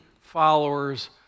followers